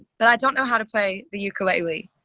but i don't know how to play the ukelele.